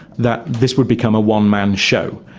that this would become a one-man show.